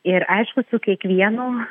ir aišku su kiekvienu